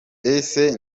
ese